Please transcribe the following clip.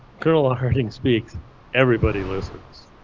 colonel ah harting speaks everybody listens.